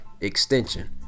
extension